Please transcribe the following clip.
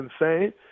insane